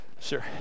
sure